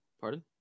Pardon